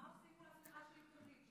מה עושים מול הפיכה שלטונית?